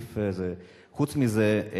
חוץ מזה,